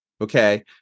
okay